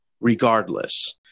regardless